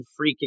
freaking